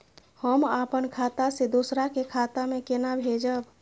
हम आपन खाता से दोहरा के खाता में केना भेजब?